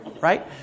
right